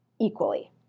equally